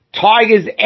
Tigers